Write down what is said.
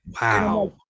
wow